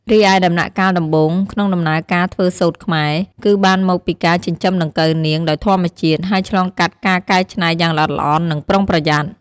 រីឯដំណាក់កាលដំបូង ក្នុងដំណើរការធ្វើសូត្រខ្មែរ គឺបានមកពីការចិញ្ចឹមដង្កូវនាងដោយធម្មជាតិ ហើយឆ្លងកាត់ការកែច្នៃយ៉ាងល្អិតល្អន់និងប្រុងប្រយ័ត្ន។